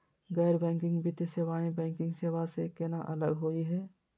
गैर बैंकिंग वित्तीय सेवाएं, बैंकिंग सेवा स केना अलग होई हे?